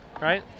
right